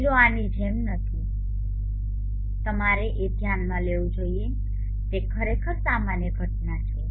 θ આની જેમ તેથી તમારે એ ધ્યાનમાં લેવું જોઈએ તે ખરેખર સામાન્ય ઘટના છે